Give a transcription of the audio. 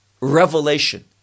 revelation